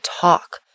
talk